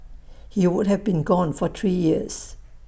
he would have been gone for three years